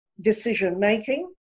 decision-making